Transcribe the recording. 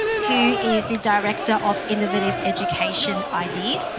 who is the director of innovative education ideas,